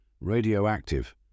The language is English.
Radioactive